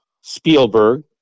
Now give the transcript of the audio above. Spielberg